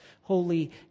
holy